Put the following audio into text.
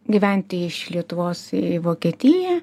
gyventi iš lietuvos į vokietiją